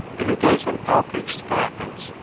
in the days when paul preached at athens,